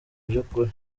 by’ukuri